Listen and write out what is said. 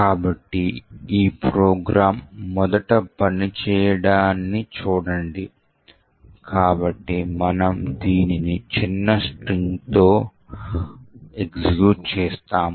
కాబట్టి ఈ ప్రోగ్రామ్ మొదట పని చేయడాన్ని చూడండి కాబట్టి మనము దానిని చిన్న స్ట్రింగ్తో ఎగ్జిక్యూట్ చేస్తాము